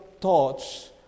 thoughts